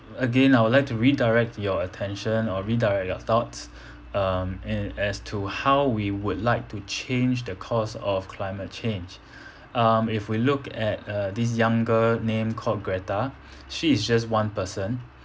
again I would like to redirect your attention or redirect your thoughts um in as to how we would like to change the course of climate change um if we look at uh this young girl name called greta she is just one person